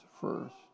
first